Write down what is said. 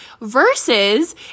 versus